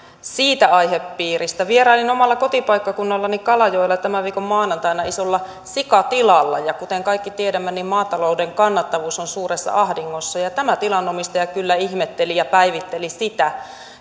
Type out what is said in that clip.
siitä aihepiiristä vierailin omalla kotipaikkakunnallani kalajoella tämän viikon maanantaina isolla sikatilalla ja kuten kaikki tiedämme maatalouden kannattavuus on suuressa ahdingossa tämä tilanomistaja kyllä ihmetteli ja päivitteli sitä